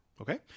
Okay